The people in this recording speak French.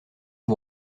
que